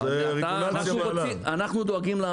אבל אנחנו דואגים לצרכן.